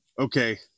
okay